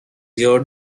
your